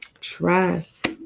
trust